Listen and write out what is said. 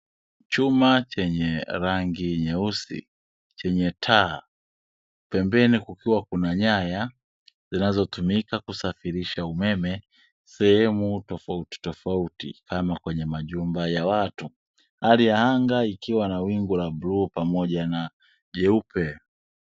Chuma chenye rangi nyeusi chenye taa, pembeni kukiwa kuna nyaya zinazotumika kusafirisha umeme sehemu tofautitofauti kama kwenye majumba ya watu. Hali ya anga ikiwa na wingu la bluu pamoja na jeupe.